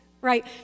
right